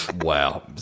wow